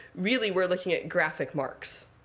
really, we're looking at graphic marks,